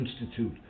Institute